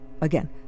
Again